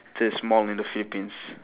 this mall in the philippines